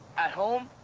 at home?